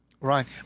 Right